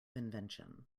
invention